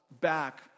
back